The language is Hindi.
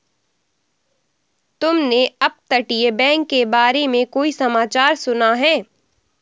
तुमने अपतटीय बैंक के बारे में कोई समाचार सुना है?